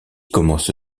commence